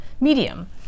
Medium